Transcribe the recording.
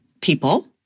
people